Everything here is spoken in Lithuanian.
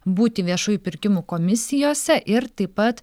būti viešųjų pirkimų komisijose ir taip pat